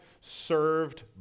served